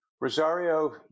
Rosario